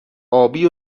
آبی